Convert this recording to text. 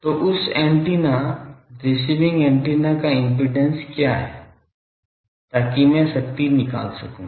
तो उस antenna receiving antenna का इम्पीडेन्स क्या है ताकि मैं शक्ति निकाल सकूं